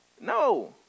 No